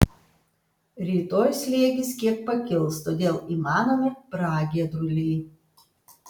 rytoj slėgis kiek pakils todėl įmanomi pragiedruliai